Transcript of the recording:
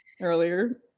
earlier